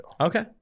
Okay